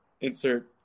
insert